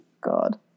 God